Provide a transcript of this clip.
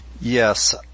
Yes